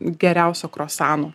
geriausio krosano